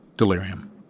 Delirium